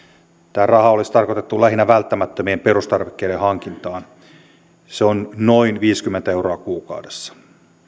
tämä raha olisi tarkoitettu lähinnä välttämättömien perustarvikkeiden hankintaan se on noin viisikymmentä euroa kuukaudessa